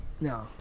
no